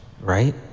Right